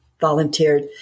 volunteered